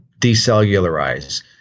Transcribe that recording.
decellularize